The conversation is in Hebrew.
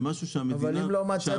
זה משהו שהמדינה --- אבל אם לא מצאתם